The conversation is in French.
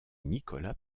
nicolas